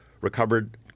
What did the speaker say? recovered